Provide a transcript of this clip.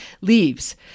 leaves